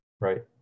right